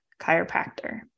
chiropractor